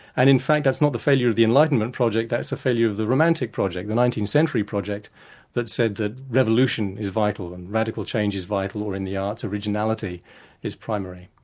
and in fact that's not the failure of the enlightenment project, that's a failure of the romantic project, the nineteenth century project that said that revolution is vital and radical change is vital, or in the arts, originality is primary.